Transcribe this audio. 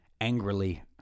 angrily